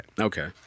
Okay